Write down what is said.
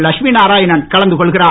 லட்சுமி நாராயணன் கலந்து கொள்கிறார்